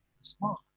smart